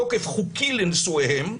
תוקף חוקי לנישואיהם,